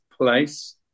place